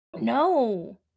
No